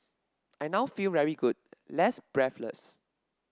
I now feel very good less breathless